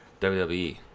WWE